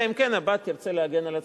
אלא אם כן הבת תרצה להגן על עצמה,